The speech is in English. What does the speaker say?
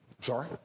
Sorry